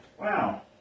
Wow